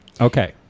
okay